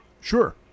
Sure